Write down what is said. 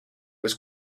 was